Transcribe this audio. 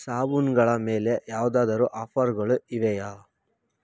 ಸಾಬೂನುಗಳ ಮೇಲೆ ಯಾವುದಾದರೂ ಆಫರ್ಗಳು ಇವೆಯೇ